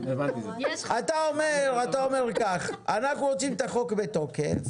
אתה אומר כך: אנחנו רוצים את החוק בתוקף